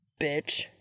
Bitch